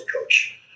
coach